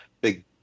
big